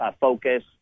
focus